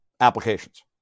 applications